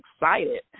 excited